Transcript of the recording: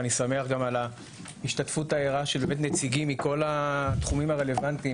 אני שמח גם על ההשתתפות הערה של נציגים מכל התחומים הרלוונטיים,